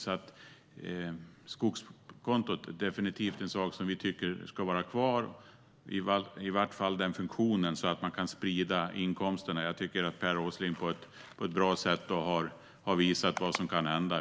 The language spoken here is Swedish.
Därför är skogskontot definitivt något som vi tycker ska vara kvar - i vart fall den funktionen så att man kan sprida inkomsterna. Jag tycker att Per Åsling på ett bra sätt har visat vad som kan hända.